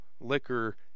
liquor